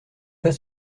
pas